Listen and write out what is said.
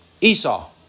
Esau